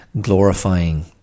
glorifying